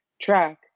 track